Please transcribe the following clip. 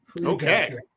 Okay